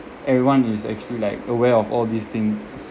everyone is actually like aware of all these things